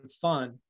fun